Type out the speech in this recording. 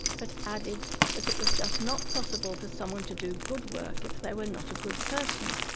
but added that it was just not possible for someone to do good work if they were not a good person.